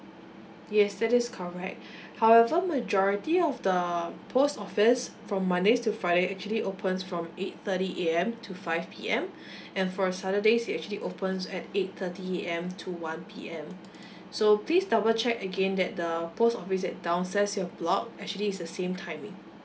yes that is correct however majority of the post office from mondays to friday actually opens from eight thirty A_M to five P_M and for saturdays it actually opens at eight thirty A_M to one P_M so please double check again that the post office at downstairs your block actually is the same timing